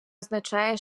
означає